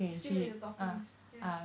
swim with the dolphins yeah